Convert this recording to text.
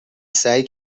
سعی